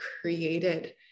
created